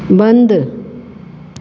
बंदि